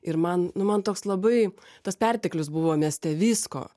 ir man nu man toks labai tas perteklius buvo mieste visko